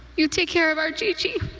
you take care of our gigi.